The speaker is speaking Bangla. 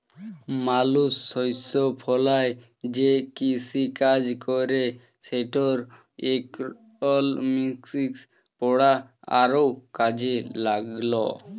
মালুস শস্য ফলায় যে কিসিকাজ ক্যরে সেটর ইকলমিক্স পড়া আরও কাজে ল্যাগল